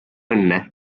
õnne